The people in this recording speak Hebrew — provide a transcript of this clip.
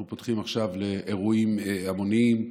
אנחנו פותחים עכשיו לאירועים המוניים,